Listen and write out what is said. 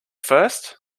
first